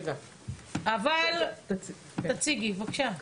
תציגי, בבקשה.